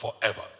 forever